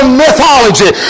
mythology